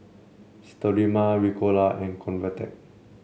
Sterimar Ricola and Convatec